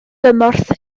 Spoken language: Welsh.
gymorth